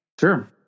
Sure